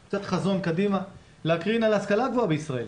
על ההשכלה הגבוהה בישראל.